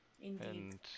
Indeed